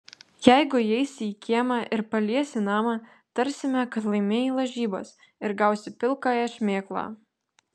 jeigu įeisi į kiemą ir paliesi namą tarsime kad laimėjai lažybas ir gausi pilkąją šmėklą